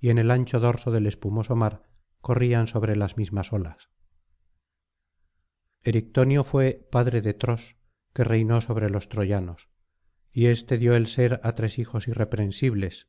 y en el ancho dorso del espumoso mar corrían sobre las mismas olas erictonio fué padre de tros que reinó sobre los troyanos y éste dio el ser á tres hijos irreprensibles